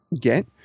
get